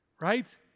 Right